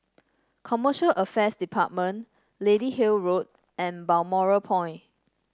Commercial Affairs Department Lady Hill Road and Balmoral Point